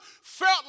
felt